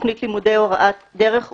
תכנית לימודי הוראת דרך ובחינות,